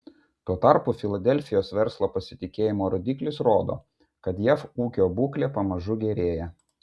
tuo tarpu filadelfijos verslo pasitikėjimo rodiklis rodo kad jav ūkio būklė pamažu gerėja